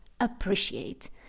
appreciate